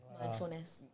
Mindfulness